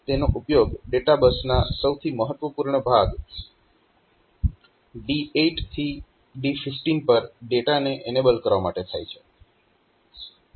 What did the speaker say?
તેનો ઉપયોગ ડેટા બસના સૌથી મહત્વપૂર્ણ ભાગ D8 થી D15 પર ડેટાને એનેબલ કરવા માટે થાય છે